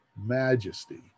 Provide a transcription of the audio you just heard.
majesty